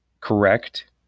correct